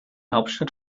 hauptstadt